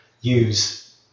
use